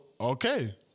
okay